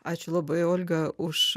ačiū labai olga už